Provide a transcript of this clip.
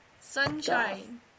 Sunshine